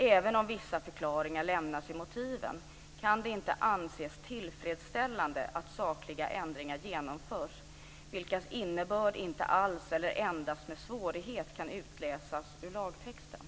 Även om vissa förklaringar lämnas i motiven kan det inte anses tillfredsställande att sakliga ändringar genomförs, vilkas innebörd inte alls eller endast med svårighet kan utläsas ur lagtexten.